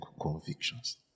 convictions